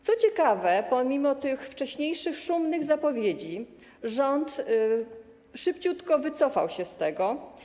Co ciekawe, pomimo wcześniejszych szumnych zapowiedzi rząd szybciutko wycofał się z tego.